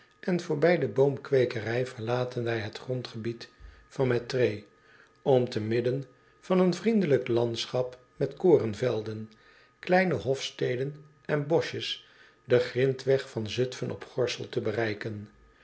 en voorbij de boomkweekerij verlaten wij het grondgebied van mettray om te midden van een vriendelijk landschap met korenvelden kleine hofsteden en boschjes den grintweg van zutfen op gorssel te bereiken